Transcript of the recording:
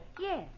Yes